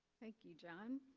thank you, john